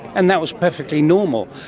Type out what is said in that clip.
and that was perfectly normal.